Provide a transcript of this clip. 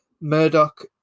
murdoch